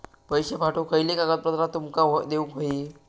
पैशे पाठवुक खयली कागदपत्रा तुमका देऊक व्हयी?